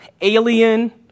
alien